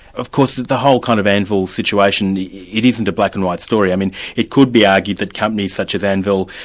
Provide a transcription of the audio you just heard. of course the whole kind of anvil situation it isn't a black and white story. i mean it could be argued that companies such as anvil,